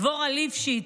דבורה ליפשיץ,